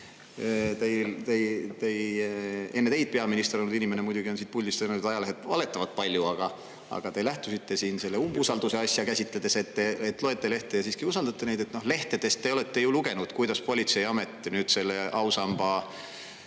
Enne teid peaminister olnud inimene muidugi on siit puldist öelnud, et ajalehed valetavad palju, aga te lähtusite siin selle umbusalduse asja käsitledes, et te loete lehti ja siiski usaldate neid. Lehtedest te olete ju lugenud, kuidas Politseiamet nüüd selle ausamba